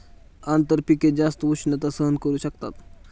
आंतरपिके जास्त उष्णता सहन करू शकतात